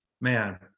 man